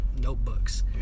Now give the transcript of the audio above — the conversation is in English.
notebooks